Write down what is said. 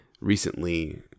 recently